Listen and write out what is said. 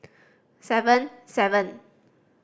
seven seven